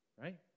right